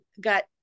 got